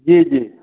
जी जी